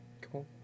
Cool